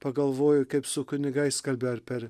pagalvojau kaip su kunigais kalbėjo ir per